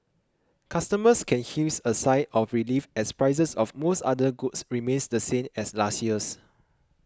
customers can heave a sigh of relief as prices of most other goods remain the same as last year's